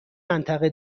منطقه